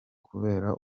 kubera